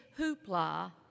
hoopla